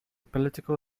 political